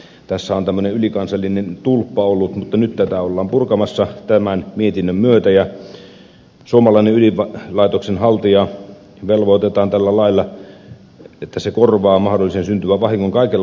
tässä on tämmöinen ylikansallinen tulppa ollut mutta nyt tätä ollaan purkamassa mietinnön myötä ja suomalainen ydin laitoksen haltija velvoitetaan tällä lailla korvaamaan mahdollisen syntyvän vahingon kaikella